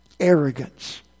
Arrogance